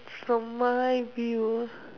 from my view